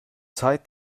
zeit